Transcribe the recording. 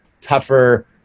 tougher